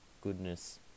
goodness